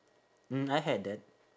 mm I had that